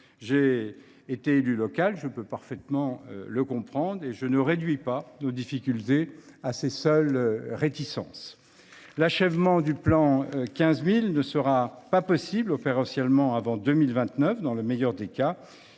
même été élu local. Je peux parfaitement le comprendre et je ne réduis pas nos difficultés à ces seules réticences. L’achèvement du « plan 15 000 » ne sera pas possible opérationnellement avant 2029 dans le meilleur des cas,